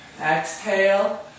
Exhale